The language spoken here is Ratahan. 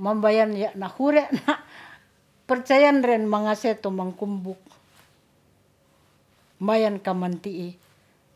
mbabayan ya' nahure na percayan ren mangase mangkumbuk mayan kaman ti'i